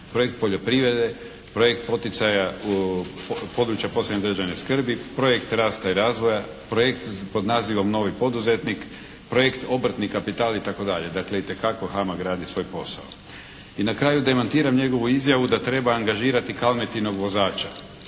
projekt poljoprivrede, projekt poticaja područja posebne državne skrbi, projekt rasta i razvoja, projekt pod nazivom "novi poduzetnik", projekt obrtni kapital itd. Dakle, itekako …/Govornik se ne razumije./… radi svoj posao. I na kraju demantiram njegovu izjavu da treba angažirati Kalmetinog vozača.